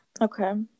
Okay